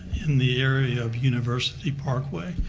in the area of university parkway.